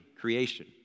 creation